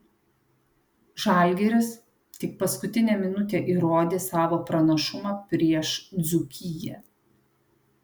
žalgiris tik paskutinę minutę įrodė savo pranašumą prieš dzūkiją